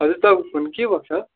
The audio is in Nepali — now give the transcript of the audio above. हजुर तपाईँको फोन के भएको छ